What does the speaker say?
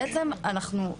בעצם אנחנו,